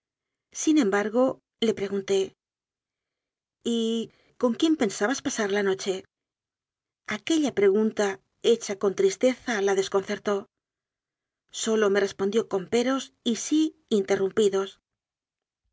sin embargo le pregunté y con quién pensabas pasar la noche aquella pregunta hecha con tristeza la desconcertó sólo me respondió con peros y sí interrumpidos